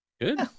Good